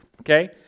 Okay